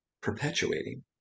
perpetuating